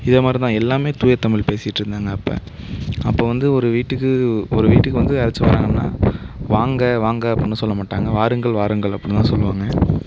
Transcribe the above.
இதேமாதிரி தான் எல்லாமே தூயதமிழ் பேசிகிட்டு இருந்தாங்க அப்போ அப்போ வந்து ஒரு வீட்டுக்கு ஒரு வீட்டுக்கு வந்து அழைச்சிட்டு வர்றாங்கனால் வாங்க வாங்க அப்படினு சொல்லமாட்டாங்க வாருங்கள் வாருங்கள் அப்படினு தான் சொல்லுவாங்க